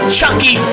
Chucky